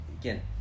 again